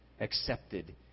accepted